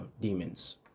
demons